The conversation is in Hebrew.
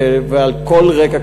על כל רקע,